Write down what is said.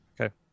Okay